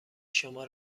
شما